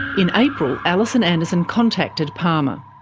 in april, alison anderson contacted palmer.